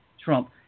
Trump